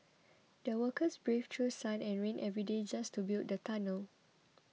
the workers braved through sun and rain every day just to build the tunnel